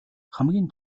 хамгийн